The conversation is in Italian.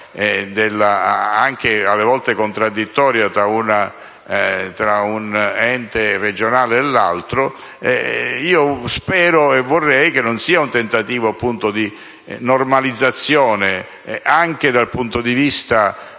alle volte anche contraddittoria, tra un ente regionale e l'altro, spero e vorrei che non sia un tentativo di normalizzazione, anche dal punto di vista